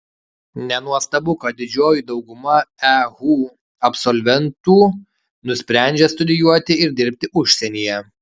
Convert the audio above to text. nenuostabu kad didžioji dauguma ehu absolventų nusprendžia studijuoti ir dirbti užsienyje